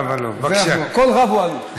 כל רב הוא אלוף.